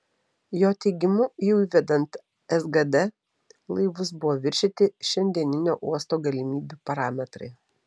jo teigimu jau įvedant sgd laivus buvo viršyti šiandieninio uosto galimybių parametrai